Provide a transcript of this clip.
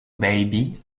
baby